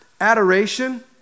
adoration